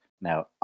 Now